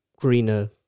greener